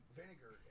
vinegar